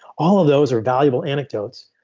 all those are valuable anecdotes.